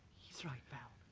he's right val.